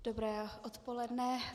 Dobré odpoledne.